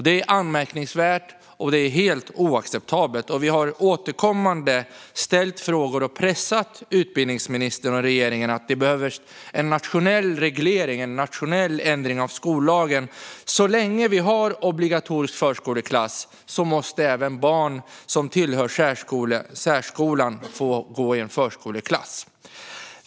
Det är anmärkningsvärt, och det är helt oacceptabelt. Vi har återkommande ställt frågor och pressat utbildningsministern och regeringen om att det behövs en nationell reglering och en nationell ändring av skollagen. Så länge det finns obligatorisk förskoleklass måste även barn som tillhör särskolan få gå i en förskoleklass.